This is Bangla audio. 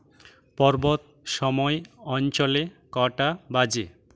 পর্বত সময় অঞ্চলে কটা বাজে